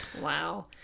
wow